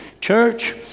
Church